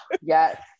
Yes